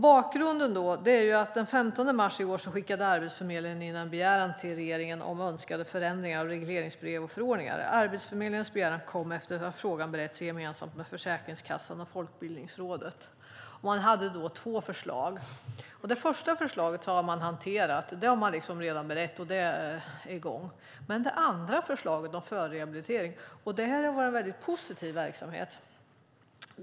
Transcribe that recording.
Bakgrunden är att Arbetsförmedlingen den 15 mars skickade in en begäran till regeringen om önskade förändringar i regleringsbrev och förordningar. Arbetsförmedlingens begäran kom efter det att frågan beretts gemensamt med Försäkringskassan och Folkbildningsrådet. Man hade två förslag. Det första förslaget har man hanterat. Det har man berett, och det är i gång, men inte det andra förslaget om förrehabilitering, som har varit en väldigt positiv verksamhet.